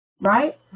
Right